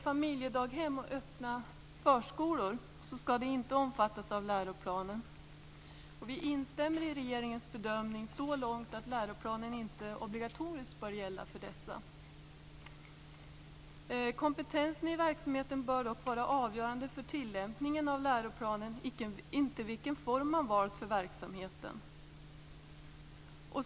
Familjedaghem och öppna förskolor skall inte omfattas av läroplanen. Vi instämmer i regeringens bedömning så långt att läroplanen inte obligatoriskt bör gälla för dessa. Kompetensen i verksamheten bör dock vara avgörande för tillämpningen av läroplanen, inte vilken form som man valt för verksamheten.